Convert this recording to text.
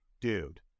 dude